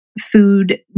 food